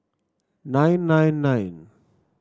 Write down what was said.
nine nine nine